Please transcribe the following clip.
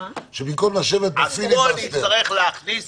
שבמקום לשבת בפיליבסטר --- אני ארצה להכניס